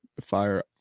fire